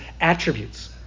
attributes